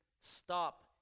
stop